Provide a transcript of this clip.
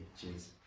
Cheers